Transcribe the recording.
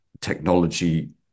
technology